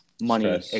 money